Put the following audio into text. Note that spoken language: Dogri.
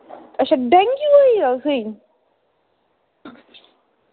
अच्छा डेंगू होइया तुसेंई